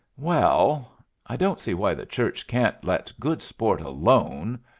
well i don't see why the church can't let good sport alone,